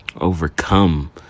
overcome